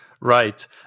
Right